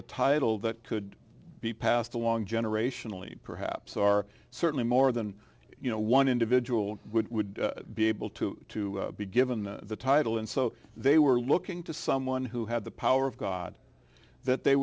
a title that could be passed along generationally perhaps are certainly more than you know one individual would be able to be given the title and so they were looking to someone who had the power of god that they